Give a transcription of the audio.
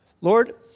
Lord